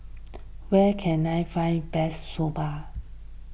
where can I find best Soba